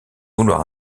vouloir